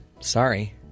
Sorry